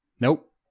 Nope